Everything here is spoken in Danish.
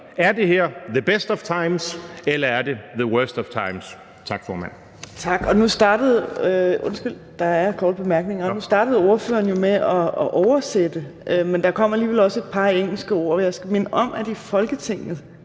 Er det her »the best of times«, eller er det »the worst of times«? Tak, formand.